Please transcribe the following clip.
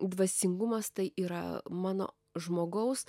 dvasingumas tai yra mano žmogaus